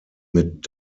mit